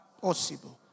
possible